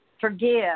forgive